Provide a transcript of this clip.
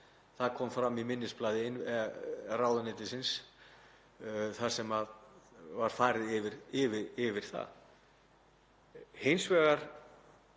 Það kom fram í minnisblaði ráðuneytisins þar sem farið var yfir það.